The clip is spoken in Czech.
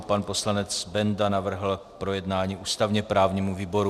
Pan poslanec Benda navrhl k projednání ústavněprávnímu výboru.